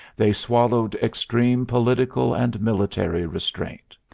they swallowed extreme political and military restraint.